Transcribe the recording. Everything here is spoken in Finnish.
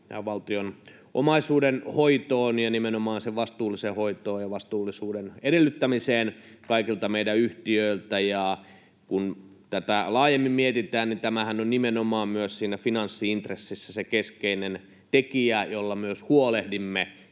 valtion omaisuuden hoitoon ja nimenomaan sen vastuulliseen hoitoon ja vastuullisuuden edellyttämiseen kaikilta meidän yhtiöiltä. Kun tätä laajemmin mietitään, niin tämähän on nimenomaan myös siinä finanssi-intressissä se keskeinen tekijä, jolla myös huolehdimme